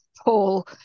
Paul